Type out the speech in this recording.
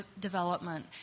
development